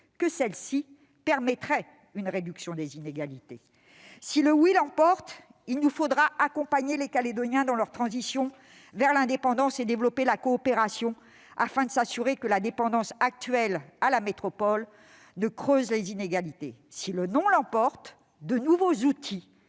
que celle-ci permettrait une réduction des inégalités. Si le oui l'emporte, il nous faudra accompagner les Calédoniens dans leur transition vers l'indépendance et développer la coopération, afin de nous assurer que la dépendance actuelle vis-à-vis de la métropole ne creuse davantage les inégalités. Si le non l'emporte, de nouveaux outils